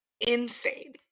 Insane